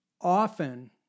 often